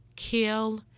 kill